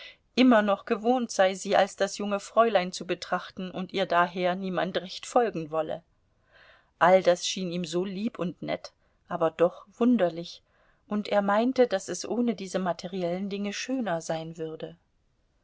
immer noch gewohnt sei sie als das junge fräulein zu betrachten und ihr daher niemand recht folgen wolle all das schien ihm so lieb und nett aber doch wunderlich und er meinte daß es ohne diese materiellen dinge schöner sein würde